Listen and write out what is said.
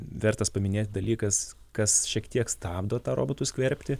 vertas paminėti dalykas kas šiek tiek stabdo tą robotų skverbtį